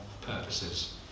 purposes